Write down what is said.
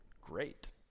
Great